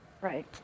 right